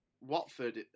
Watford